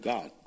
God